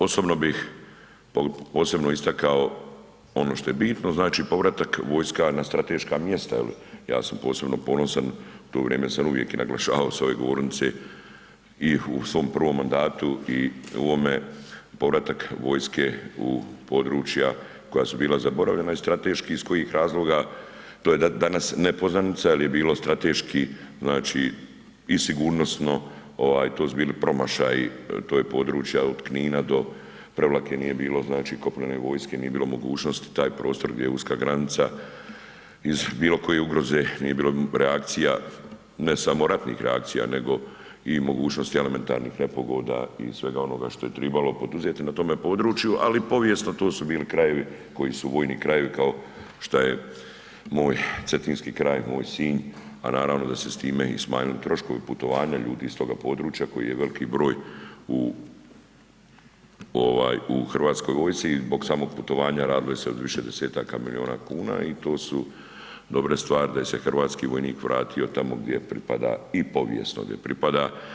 Osobno bih posebno istako ono što je bitno, znači povratak vojska na strateška mjesta jel sam posebno ponosan, to vrijeme sam uvijek i naglašavao s ove govornice i u svom prvom mandatu i u ovome povratak vojske u područja koja su bila zaboravljena i strateški iz kojih razloga to je danas nepoznanica jel je bilo strateški znači i sigurnosno ovaj to su bili promašaji, to je područja od Knina do Prevlake nije bilo znači kopnene vojske nije bilo mogućnosti, taj prostor bio uska granica iz bilo koje ugroze, nije bilo reakcija, ne samo ratnih reakcija, nego i mogućnosti elementarnih nepogoda i svega onoga što je tribalo poduzeti na tome području, ali povijesno to su bili krajevi koji su vojni krajevi kao šta je moj Cetinski kraj, moj Sinj, a naravno da se s time i smanjuju troškovi putovanja ljudi iz toga područja koji je velki broj u ovaj u Hrvatskoj vojsci i zbog samog putovanja radilo se o više desetaka miliona kuna i to su dobre stvari da je se hrvatski vojnik vratio tamo gdje pripada i povijesno gdje pripada.